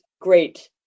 great